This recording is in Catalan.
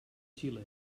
xile